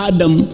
Adam